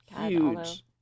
huge